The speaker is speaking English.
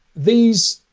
these